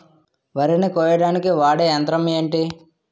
వరి ని కోయడానికి వాడే యంత్రం ఏంటి?